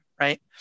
Right